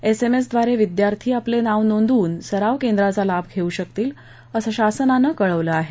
एसएमएसव्दारे विद्यार्थी आपले नाव नोंदवून सराव केंद्राचा लाभ घेऊ शकतील असं शासनानं कळवलं आहे